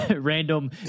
random